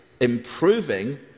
improving